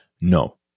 No